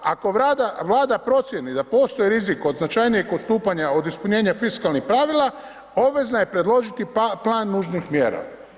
Ako Vlada procjeni da postoji rizik od značajnijeg odstupanja od ispunjenja fiskalnih pravila obvezna je predložiti plan nužnih mjera.